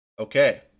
Okay